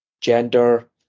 gender